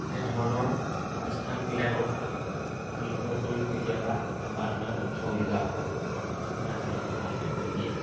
এনেধৰণৰ অনুষ্ঠানবিলাকৰ ওপৰত নিৰ্ভৰ কৰিও কেতিয়াবা সম্পাদনা গ্ৰন্থ উলিওৱা হয় কোনোবা এজনে সম্পাদনা কৰি দিয়ে